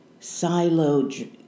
siloed